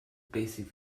basic